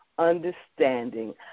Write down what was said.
understanding